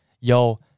yo